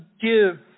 give